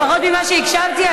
לפחות ממה שהקשבתי,